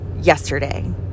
yesterday